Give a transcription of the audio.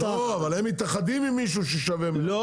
לא, אבל הם מתאחדים עם מישהו ששווה מיליארדים.